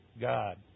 God